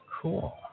Cool